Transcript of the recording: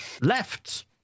left